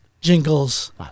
jingles